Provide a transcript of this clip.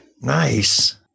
Nice